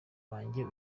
wanjye